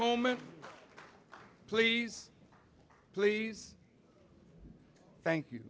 moment please please thank you